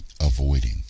avoiding